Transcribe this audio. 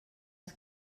els